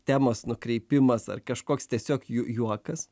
temos nukreipimas ar kažkoks tiesiog jų juokas